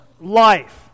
life